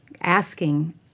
asking